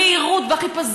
המהירות והחיפזון מהשטן,